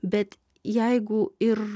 bet jeigu ir